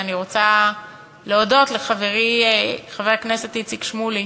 ואני רוצה להודות לחברי חבר הכנסת איציק שמולי